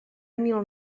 mil